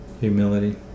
Humility